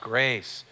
Grace